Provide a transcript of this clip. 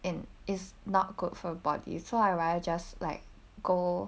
and is not good for your body so I rather just like go